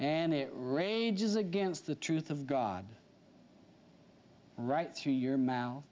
and it rages against the truth of god right through your mouth